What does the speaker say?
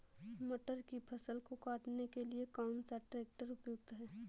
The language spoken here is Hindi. मटर की फसल को काटने के लिए कौन सा ट्रैक्टर उपयुक्त है?